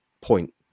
point